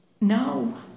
No